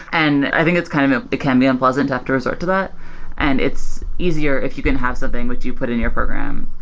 and i think kind of it can be unpleasant to have to resort to that and it's easier if you can have something which you put in your program,